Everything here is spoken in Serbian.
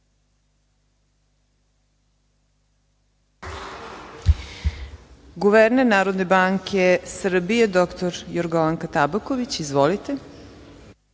guverner Narodne banke Srbije dr Jorgovanka Tabaković. Izvolite.